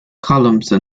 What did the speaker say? columns